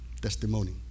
testimony